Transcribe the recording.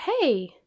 hey